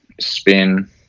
spin